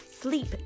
sleep